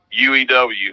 UEW